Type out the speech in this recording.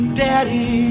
daddy